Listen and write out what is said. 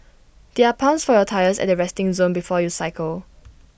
there are pumps for your tyres at the resting zone before you cycle